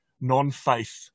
non-faith